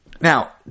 Now